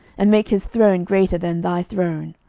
and make his throne greater than thy throne.